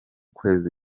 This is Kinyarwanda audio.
kwezi